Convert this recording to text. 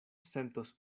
sentos